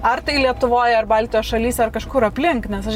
ar tai lietuvoj ar baltijos šalyse ar kažkur aplink nes aš